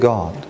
God